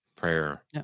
Prayer